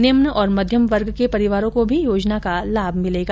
निम्न और मध्यम वर्ग के परिवारों को भी योजना का लाभ मिलेगा